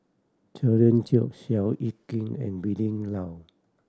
Cherian George Seow Yit Kin and Willin Low